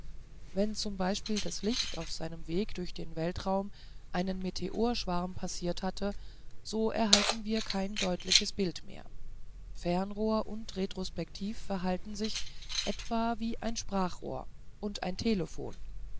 wenn zum beispiel das licht auf seinem weg durch den weltraum einen meteorschwarm passiert hatte so erhalten wir kein deutliches bild mehr fernrohr und retrospektiv verhalten sich etwa wie ein sprachrohr und ein